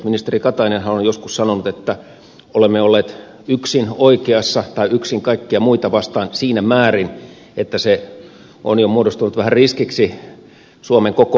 ministeri katainenhan on joskus sanonut että olemme olleet yksin oikeassa tai yksin kaikkia muita vastaan siinä määrin että se on jo muodostunut vähän riskiksi suomen koko asemalle